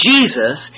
Jesus